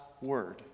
word